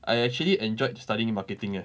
I actually enjoyed studying marketing leh